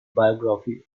biography